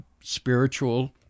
spiritual